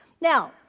Now